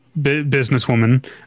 businesswoman